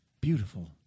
beautiful